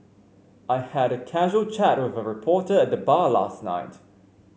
I had a casual chat with a reporter at the bar last night